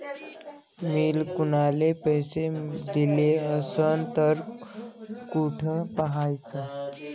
मिन कुनाले पैसे दिले असन तर कुठ पाहाचं?